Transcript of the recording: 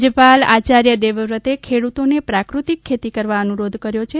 રાજ્યપાલ આચાર્ય દેવવ્રતે ખેડૂતોને પ્રાકૃતિક ખેતી કરવા અનુરોધ કર્યો છે